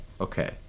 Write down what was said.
Okay